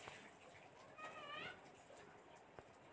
पत्ता के सिकुड़े के की लक्षण होइ छइ?